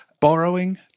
Borrowing